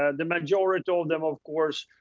and the majority of them, of course,